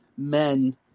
Men